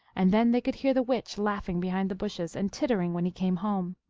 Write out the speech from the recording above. and then they could hear the witch laughing behind the bushes, and tittering when he came home.